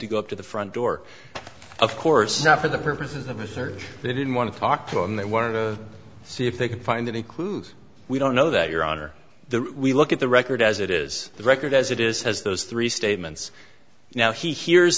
to go up to the front door of course not for the purposes of his or they didn't want to talk to him they wanted to see if they could find any clues we don't know that your honor the we look at the record as it is the record as it is has those three statements now he hears